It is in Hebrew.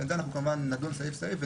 ואת זה אנחנו כמובן נדון סעיף-סעיף,